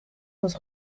los